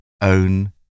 own